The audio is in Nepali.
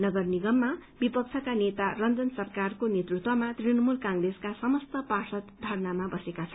नगर निगममा विपक्षका नेता रंजन सरकारको नेतृत्वमा तृणमूल कंप्रेसका समस्त पार्षद धरनामा बसेका छन्